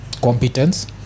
competence